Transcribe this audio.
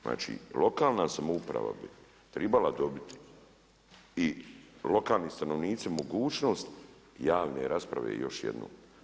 Znači lokalna samouprava bi trebala dobiti i lokalni stanovnici mogućnost javne rasprave još jednom.